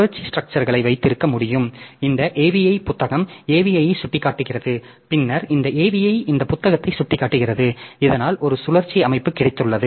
சுழற்சி ஸ்ட்ரக்சர்களை வைத்திருக்க முடியும் இந்த avi புத்தகம் aviயை சுட்டிக்காட்டுகிறது பின்னர் இந்த avi இந்த புத்தகத்தை சுட்டிக்காட்டுகிறது இதனால் ஒரு சுழற்சி அமைப்பு கிடைத்தது